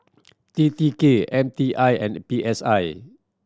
T T K M T I and P S I